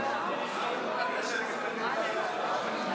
המכסות, חשוב גם להבין מה קורה היום.